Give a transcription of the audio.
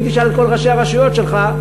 ואם תשאל את כל ראשי הרשויות שלך,